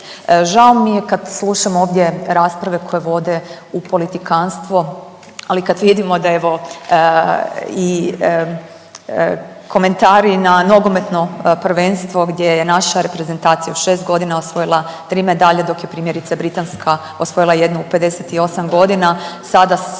Žao mi je kad slušam ovdje rasprave koje vode u politikantstvo, ali kad vidimo da evo i komentari na nogometno prvenstvo gdje je naša reprezentacija u 6 godina osvojila 3 medalje, dok je primjerice osvojila jednu u 58 godina sada